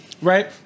Right